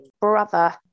brother